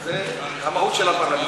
זה המהות של הפרלמנטריזם.